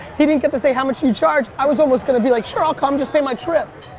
he didn't get to say, how much do you charge? i was almost going to be like, sure i'll come, just pay my trip,